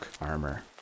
armor